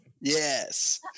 Yes